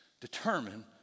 determine